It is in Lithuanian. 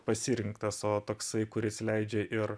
pasirinktas o toksai kuris leidžia ir